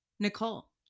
Nicole